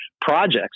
projects